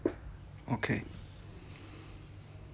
okay